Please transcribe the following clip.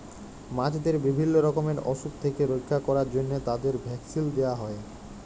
মাছদের বিভিল্য রকমের অসুখ থেক্যে রক্ষা ক্যরার জন্হে তাদের ভ্যাকসিল দেয়া হ্যয়ে